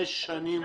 הילד,